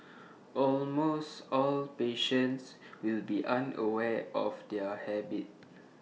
almost all patients will be unaware of their habit